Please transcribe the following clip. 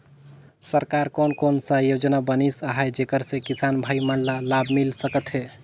सरकार कोन कोन सा योजना बनिस आहाय जेकर से किसान भाई मन ला लाभ मिल सकथ हे?